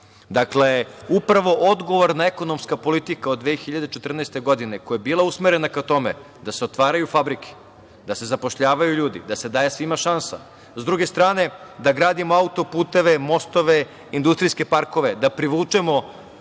upravo odgovorna ekonomska politika od 2014. godine koja je bila usmerena ka tome da se otvaraju fabrike, da se zapošljavaju ljudi, da se daje svima šansa, s druge strane da gradimo auto-puteve, mostove, industrijske parkove, da privučemo